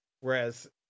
Whereas